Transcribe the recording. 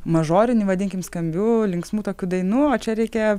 mažorinį vadinkim skambių linksmų tokių dainų o čia reikėjo